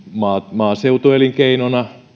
maaseutuelinkeinona